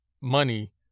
money